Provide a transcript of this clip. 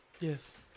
Yes